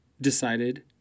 decided